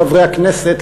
חברי הכנסת,